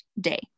day